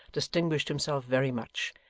distinguished himself very much,